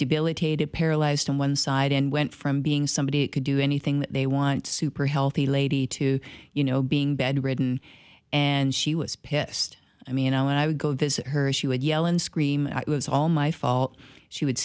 debilitated paralyzed on one side and went from being somebody who could do anything they want super healthy lady to you know being bed ridden and she was pissed i mean i would go visit her she would yell and scream it was all my fault she would